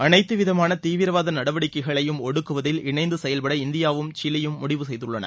அனைத்து விதமான தீவிரவாத நடவடிக்கைகளையும் ஒடுக்குவதில் இணைந்து செயல்பட இந்தியாவும் சிலியும் முடிவு செய்துள்ளன